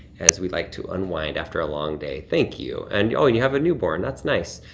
as we like to unwind after a long day. thank you and oh, you have a newborn, that's nice.